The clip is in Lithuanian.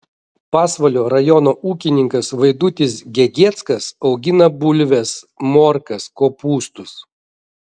pasvalio rajono ūkininkas vaidutis gegieckas augina bulves morkas kopūstus